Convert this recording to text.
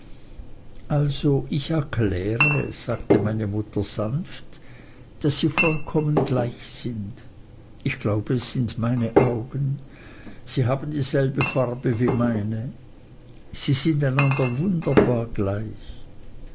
also ich erkläre sagte meine mutter sanft daß sie vollkommen gleich sind ich glaube es sind meine augen sie haben dieselbe farbe wie meine sie sind einander wunderbar gleich